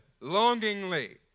longingly